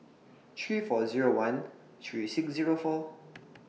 three four Zero one three six Zero four